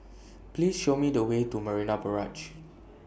Please Show Me The Way to Marina Barrage